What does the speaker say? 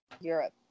Europe